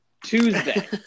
Tuesday